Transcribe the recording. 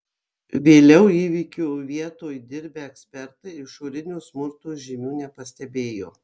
vėliau įvykio vietoj dirbę ekspertai išorinių smurto žymių nepastebėjo